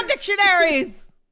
dictionaries